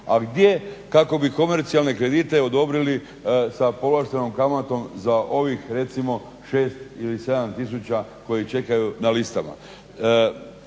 Ali gdje, kako bi komercijalne kredite odobrili sa povlaštenom kamatom za ovih recimo 6 ili 7000 koji čekaju na listama.